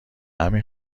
همین